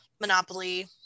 Monopoly